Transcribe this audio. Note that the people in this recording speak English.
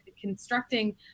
constructing